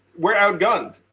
we're outgunned.